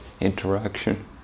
interaction